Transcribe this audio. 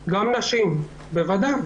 גם נשים, בוודאי.